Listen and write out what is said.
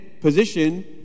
position